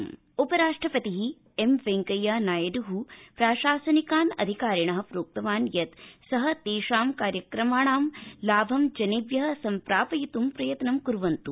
उपराष्ट्रपति सेवावृत्ति उपराष्ट्रपतिः एम वेंकैया नायडूः प्राशासनिकान् अधिकारिणः प्रोक्तवान् यत् सः तेषां कार्यक्रमाणा लाभं जनेभ्यः सम्प्रापयित्ं प्रयत्नं कुर्वन्त्